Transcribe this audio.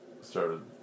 started